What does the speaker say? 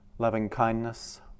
loving-kindness